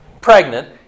pregnant